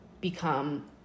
become